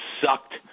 sucked